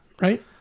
Right